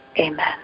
Amen